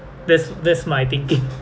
that's that's my thinking